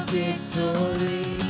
victory